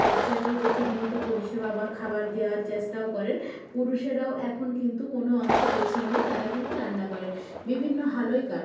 বাচ্চাকে যে ঠিক মতো পরিষেবা বা খাবার দেওয়ার চেষ্টাও করেন পুরুষেরাও এখন কিন্তু কোনো অংশে পিছিয়ে নেই তারা কিন্তু রান্না করেন বিভিন্ন হালুইকর